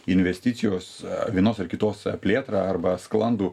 investicijos vienos ar kitos plėtrą arba sklandų